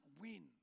win